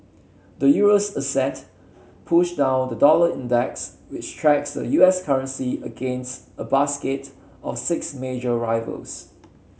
the Euro's ascent pushed down the dollar index which tracks the U S currency against a basket of six major rivals